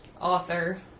author